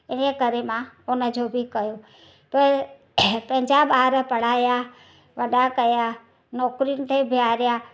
इन करे मां उन जो बि कयो पर पंहिंजा ॿार पढ़ाया वॾा कया नौकरियुनि ते बिहारिया